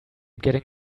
getting